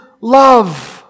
love